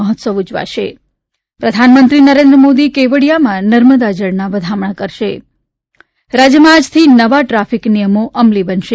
મહોત્સવ ઉજવાશે પ્રધાનમંત્રી નરેન્દ્ર મોદી કેવડીયામાં નર્મદા જળના વધામણા કરશે રાજ્યમાં આજથી નવા ટ્રાફિક નિયમો અમલી બનશે